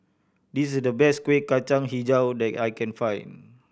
this is the best Kuih Kacang Hijau that I can find